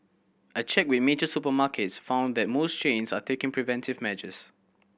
a check with major supermarkets found that most chains are taking preventive measures